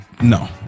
no